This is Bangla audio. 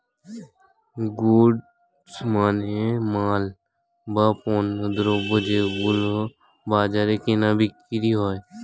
গুডস মানে মাল, বা পণ্যদ্রব যেগুলো বাজারে কেনা বিক্রি হয়